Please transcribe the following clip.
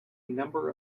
number